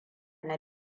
na